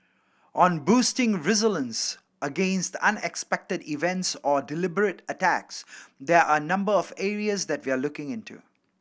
on boosting resilience against unexpected events or deliberate attacks there are a number of areas that we are looking into